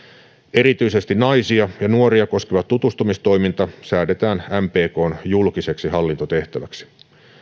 erityisesti naisia ja nuoria koskeva tutustumistoiminta säädetään mpkn julkiseksi hallintotehtäväksi